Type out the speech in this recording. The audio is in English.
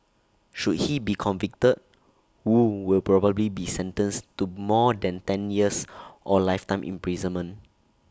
should he be convicted wu will probably be sentenced to more than ten years or lifetime imprisonment